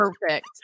perfect